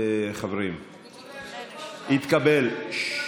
חברים, התקבל.